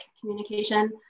communication